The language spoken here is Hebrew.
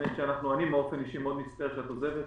שאני באופן אישי מאוד מצטער שאת עוזבת.